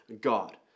God